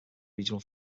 regional